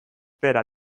zera